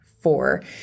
four